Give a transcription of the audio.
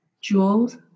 jewels